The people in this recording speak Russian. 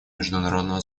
международного